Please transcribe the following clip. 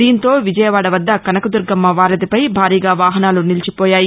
దీంతోవిజయవాద వద్ద కనకదుర్గమ్మ వారధిపై భారీగా వాహనాలు నిలిచిపోయాయి